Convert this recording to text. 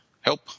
Help